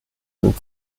sind